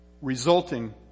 resulting